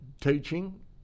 teaching